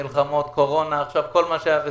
מלחמות, קורונה, כל מה שהיה.